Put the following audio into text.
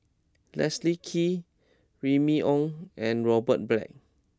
Leslie Kee Remy Ong and Robert Black